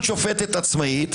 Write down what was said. שופטת עצמאית